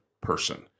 person